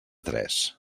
tres